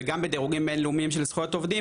וגם בדירוגים בינלאומיים של זכויות עובדים,